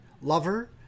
lover